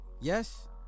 Yes